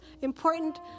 important